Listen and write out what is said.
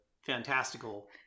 fantastical